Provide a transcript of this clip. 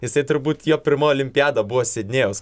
jisai turbūt jo pirmoji olimpiada buvo sidnėjaus